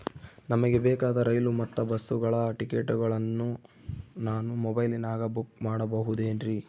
ನಮಗೆ ಬೇಕಾದ ರೈಲು ಮತ್ತ ಬಸ್ಸುಗಳ ಟಿಕೆಟುಗಳನ್ನ ನಾನು ಮೊಬೈಲಿನಾಗ ಬುಕ್ ಮಾಡಬಹುದೇನ್ರಿ?